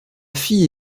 fille